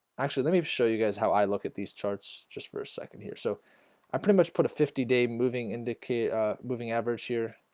actually, let me show you guys how i look at these charts just for a second here so i pretty much put a fifty day moving in decay moving average here